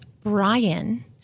Brian